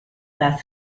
das